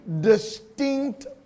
distinct